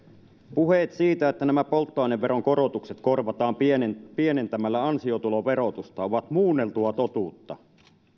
puheet siitä että nämä polttoaineveronkorotukset korvataan pienentämällä ansiotuloverotusta ovat muunneltua totuutta